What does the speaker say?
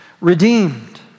redeemed